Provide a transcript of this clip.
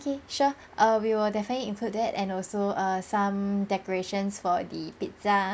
~kay sure err we will definitely include that and also err some decorations for the pizza ah~